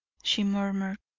she murmured.